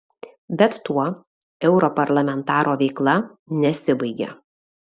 bet tuo europarlamentaro veikla nesibaigia